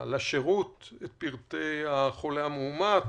לשירות את פרטי החולה המאומת,